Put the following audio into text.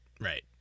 right